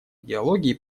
идеологии